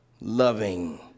loving